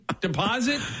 deposit